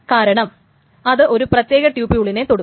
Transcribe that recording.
കാരണം അത് ഒരു പ്രത്യേക ട്യൂപുളിനെ തൊടും